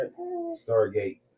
Stargate